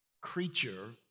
creature